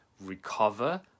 recover